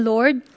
Lord